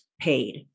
paid